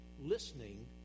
listening